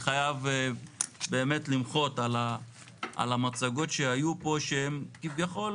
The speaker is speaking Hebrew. אני חייב באמת למחות על המצגות שהיו פה שהן כביכול